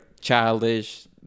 childish